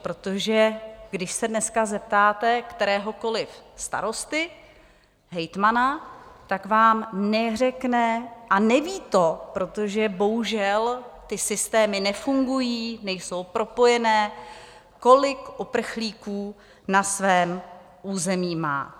Protože když se dneska zeptáte kteréhokoliv starosty, hejtmana, tak vám neřekne a neví to, protože bohužel ty systémy nefungují, nejsou propojené kolik uprchlíků na svém území má.